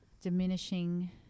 diminishing